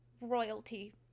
royalty